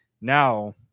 Now